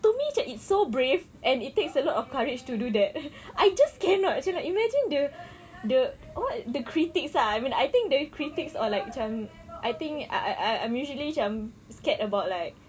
to me it's so brave and it takes a lot of courage to do that I just cannot macam like imagine the the what the critics ah I mean I think the critics are like macam I think I I I'm usually macam scared about like